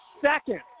second